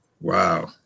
wow